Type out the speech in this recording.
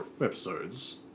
episodes